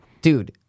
Dude